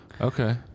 Okay